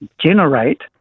generate